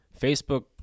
Facebook